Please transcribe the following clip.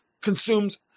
consumes